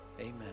amen